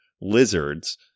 lizards